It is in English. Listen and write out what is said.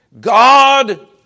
God